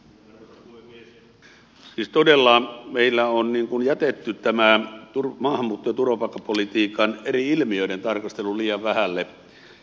siis todella meillä on jätetty tämä maahanmuutto ja turvapaikkapolitiikan eri ilmiöiden tarkastelu liian vähälle